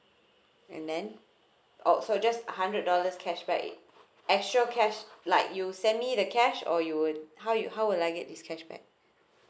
and then oh so just hundred dollars cashback it actual cash like you send me the cash or you would how you how would I get this cashback